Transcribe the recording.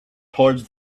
towards